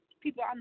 people